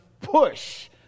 push